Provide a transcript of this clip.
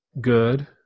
good